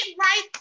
right